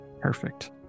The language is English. Perfect